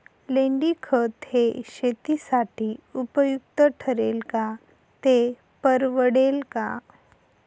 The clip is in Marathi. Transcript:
लेंडीखत हे शेतीसाठी उपयुक्त ठरेल का, ते परवडेल का?